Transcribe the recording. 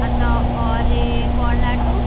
अच्छा और इहे कॉर्नेटो